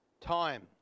time